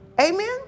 Amen